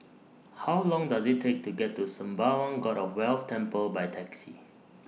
How Long Does IT Take to get to Sembawang God of Wealth Temple By Taxi